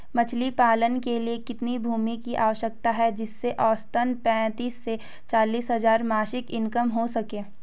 मछली पालन के लिए कितनी भूमि की आवश्यकता है जिससे औसतन पैंतीस से चालीस हज़ार मासिक इनकम हो सके?